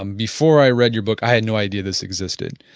um before i read your book, i had no idea this existed.